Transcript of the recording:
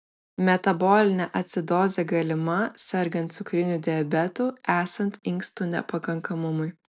metabolinė acidozė galima sergant cukriniu diabetu esant inkstų nepakankamumui